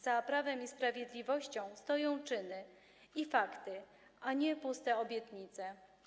Za Prawem i Sprawiedliwością stoją czyny i fakty, a nie puste obietnice.